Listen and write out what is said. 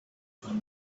phone